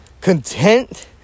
content